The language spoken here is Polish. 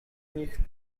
nich